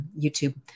YouTube